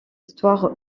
histoire